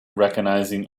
recognizing